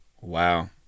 Wow